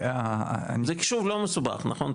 זה לא מסובך נכון?